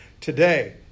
today